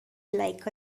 like